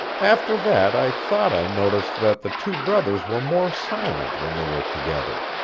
after that i thought i noticed that the two brothers were more silent when they were together.